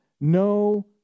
no